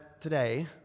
today